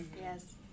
Yes